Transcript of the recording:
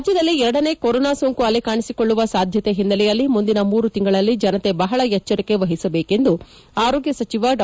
ರಾಜ್ಯದಲ್ಲಿ ಎರಡನೇ ಕೊರೋನಾ ಸೋಂಕು ಅಲೆ ಕಾಣಿಸಿಕೊಳ್ಳುವ ಸಾಧ್ಯತೆಯ ಹಿನ್ನೆಲೆಯಲ್ಲಿ ಮುಂದಿನ ಮೂರು ತಿಂಗಳಲ್ಲಿ ಜನತೆ ಬಹಳ ಎಚ್ಚರಿಕೆ ವಹಿಸಬೇಕೆಂದು ಆರೋಗ್ಯ ಸಚಿವ ಡಾ